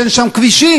שאין שם כבישים,